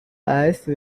ice